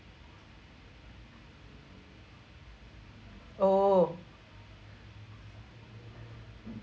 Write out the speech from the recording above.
oh